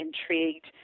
intrigued